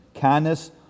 Kindness